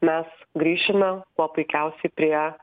mes grįšime kuo puikiausiai prie